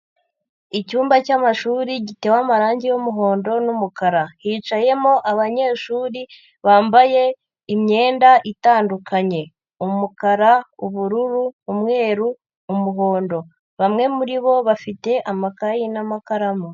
Icyumba cy'amashuri gitewe amarange y'umuhondo n'umukara, hicayemo abanyeshuri bambaye imyenda itandukanye umukara, ubururu, umweru, umuhondo, bamwe muri bo bafite amakayi n'amakaramu.